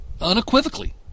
unequivocally